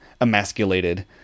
emasculated